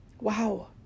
wow